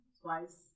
twice